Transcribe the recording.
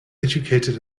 educated